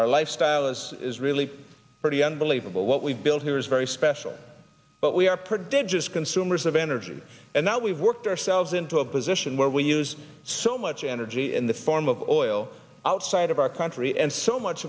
our lifestyle as is really pretty unbelievable what we've built here is very special but we are prodigious consumers of energy and now we've worked ourselves into a position where we use so much energy in the form of oil outside of our country and so much